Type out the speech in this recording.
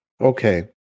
Okay